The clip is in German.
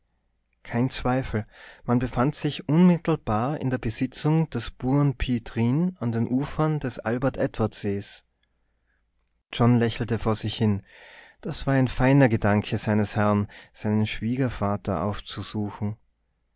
kein zweifel man befand sich unmittelbar in der besitzung des buren piet rijn an den ufern des albert edward sees john lächelte vor sich hin das war ein feiner gedanke seines herrn seinen schwiegervater aufzusuchen